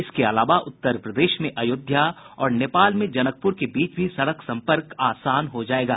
इसके अलावा उत्तर प्रदेश में अयोध्या और नेपाल में जनकपुर के बीच भी सड़क सम्पर्क आसान हो जाएगा